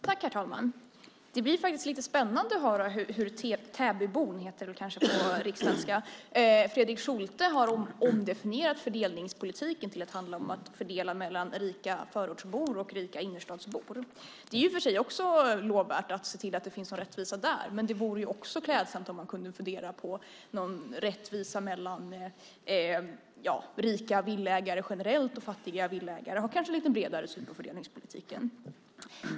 Herr talman! Det är faktiskt lite spännande att höra hur Täbybon Fredrik Schulte har omdefinierat fördelningspolitiken till att handla om att fördela mellan rika förortsbor och rika innerstadsbor. Det är i och för sig också lovvärt att se till att det finns någon rättvisa där. Men det vore också klädsamt om man kunde fördela med någon rättvisa mellan rika villaägare generellt och fattiga villaägare och kanske ha en lite bredare syn på fördelningspolitiken.